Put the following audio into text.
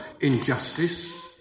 injustice